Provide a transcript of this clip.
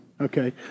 Okay